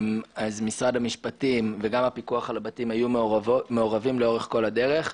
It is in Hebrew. משרד המשפטים וגם הפיקוח על הבתים היו מעורבים לאורך כל הדרך.